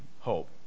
hope